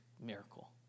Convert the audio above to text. miracle